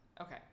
Okay